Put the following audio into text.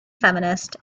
feminist